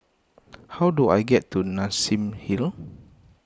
how do I get to Nassim Hill